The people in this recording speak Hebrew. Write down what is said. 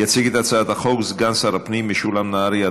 יציג את החוק סגן שר הפנים משולם נהרי.